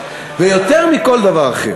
ויותר מכל דבר אחר,